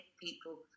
people